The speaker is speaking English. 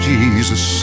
Jesus